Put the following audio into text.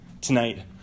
tonight